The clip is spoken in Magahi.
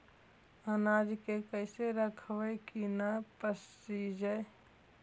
अनाज के कैसे रखबै कि न पसिजै?